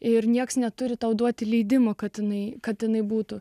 ir niekas neturi tau duoti leidimo katinai katinai būtų